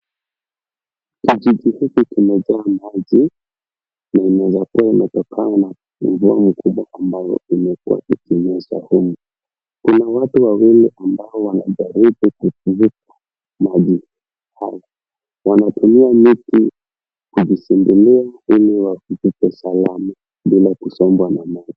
Kijiji hiki kimejaa maji, na inaweza kuwa imetokana na mvua mkubwa ambayo imekuwa ikinyesha humu. Kuna watu wawili ambao wanajaribu kuvuka maji haya. Wanatumia miti kujisindilia ili wafike salama, bila kusombwa na maji.